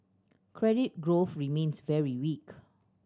credit growth remains very weak